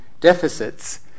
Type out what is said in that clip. deficits